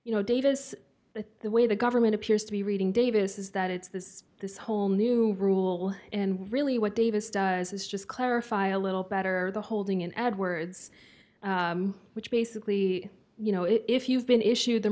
you know davis the way the government appears to be reading davis is that it's this is this whole new rule and really what davis does is just clarify a little better the holding in ad words which basically you know if you've been issued the